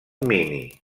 mini